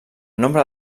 nombre